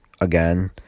again